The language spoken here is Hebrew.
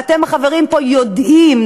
ואתם החברים פה יודעים,